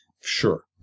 sure